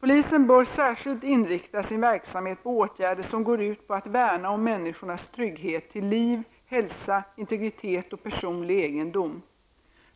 Polisen bör särskilt inrikta sin verksamhet på åtgärder som går ut på att värna om människornas trygghet till liv, hälsa, integritet och personlig egendom.